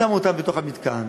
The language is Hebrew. שמו אותם בתוך המתקן,